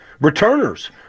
returners